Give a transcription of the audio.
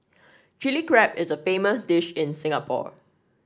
Chilli Crab is a famous dish in Singapore